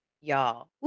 Y'all